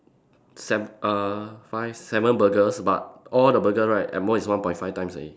se~ err five seven burgers but all the burger right at most is one point five times only